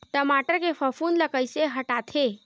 टमाटर के फफूंद ल कइसे हटाथे?